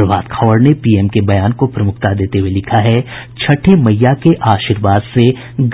प्रभात खबर ने पीएम के बयान को प्रमुखता देते हुये लिखा है छठी मईया के आर्शीवाद से